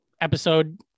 episode